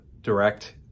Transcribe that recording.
Direct